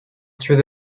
through